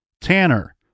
Tanner